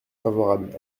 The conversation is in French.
favorable